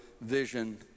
vision